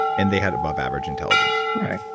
and they had above average intelligence? right.